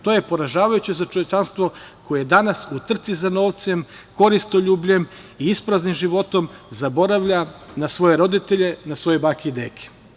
To je poražavajuće za čovečanstvo koje danas u trci za novcem, koristoljubljem i ispraznim životom zaboravlja na svoje roditelje, na svoje bake i deke.